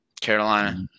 Carolina